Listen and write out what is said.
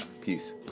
Peace